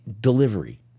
delivery